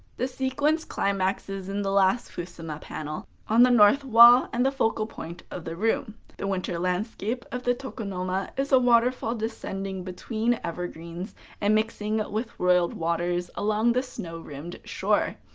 the sequence climaxes in the last fusuma panel, on the north wall, and the focal point of the room the winter landscape of the tokonoma is a waterfall descending between evergreens and mixing with roiled waters along a snow-rimmed shore.